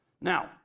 Now